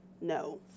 No